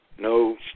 No